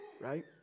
right